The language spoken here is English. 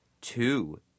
two